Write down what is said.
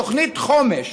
תוכנית חומש,